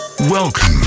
Welcome